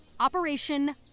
Operation